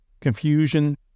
confusion